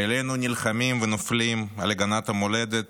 חיילינו נלחמים ונופלים על הגנת המולדת